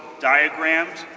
diagrams